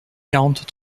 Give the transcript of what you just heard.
quarante